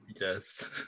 Yes